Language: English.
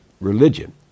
Religion